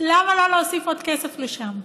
למה לא להוסיף עוד כסף לשם?